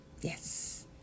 yes